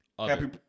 happy